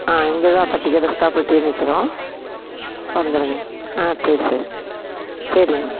ஆ இங்கே தான் பட்டிக்கடை ஸ்டாப்புக்கிட்டயே நிற்கிறோம் வந்துடுங்க ஆ சரி சரி சரிங்க